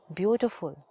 beautiful